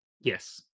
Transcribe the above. yes